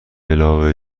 علاوه